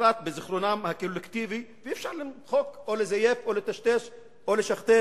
שנחרת בזיכרונם הקולקטיבי ואי-אפשר למחוק או לזייף או לטשטש או לשכתב.